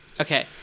Okay